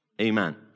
amen